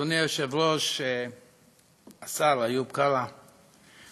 חבר הכנסת הרב ישראל